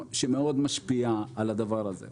שמאוד משפיעה על הדבר הזה.